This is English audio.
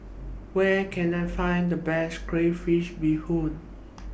Where Can I Find The Best Crayfish Beehoon